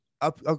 Up